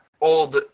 old